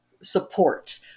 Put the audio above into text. support